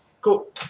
Cool